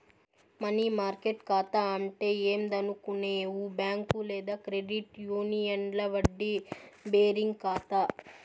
money market కాతా అంటే ఏందనుకునేవు బ్యాంక్ లేదా క్రెడిట్ యూనియన్ల వడ్డీ బేరింగ్ కాతా